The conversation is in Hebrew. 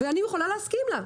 ואני יכולה להסכים לה.